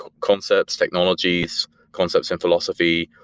concepts, technologies, concepts and philosophy.